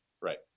Right